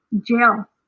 jail